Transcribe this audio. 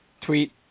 tweet